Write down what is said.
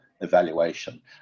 evaluation